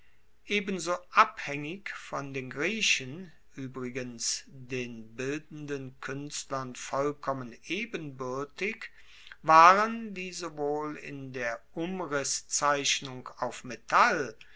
ebenso abhaengig von den griechen uebrigens den bildenden kuenstlern vollkommen ebenbuertig waren die sowohl in der umrisszeichnung auf metall